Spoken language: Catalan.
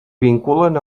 vinculen